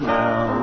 now